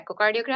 echocardiogram